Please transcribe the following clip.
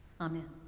amen